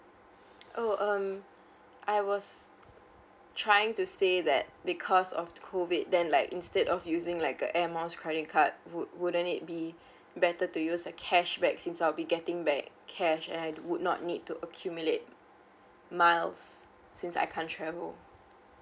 oh um I was trying to say that because of COVID then like instead of using like a air miles credit card would wouldn't it be better to use a cashback since I'll be getting back cash and would not need to accumulate miles since I can't travel